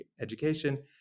education